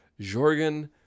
jorgen